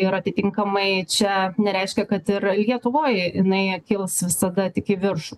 ir atitinkamai čia nereiškia kad ir lietuvoj jinai kils visada tik į viršų